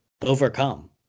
overcome